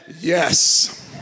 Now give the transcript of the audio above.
yes